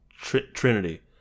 trinity